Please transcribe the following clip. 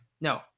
No